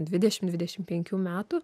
dvidešim dvidešim penkių metų